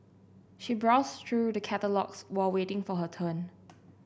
she browsed through the catalogues while waiting for her turn